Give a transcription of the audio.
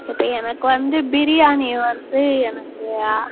இப்போ எனக்கு வந்து பிரியாணி வந்து எனக்கு ஆ